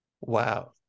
Wow